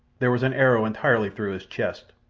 there was an arrow entirely through his chest,